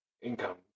income